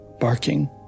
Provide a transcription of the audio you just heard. barking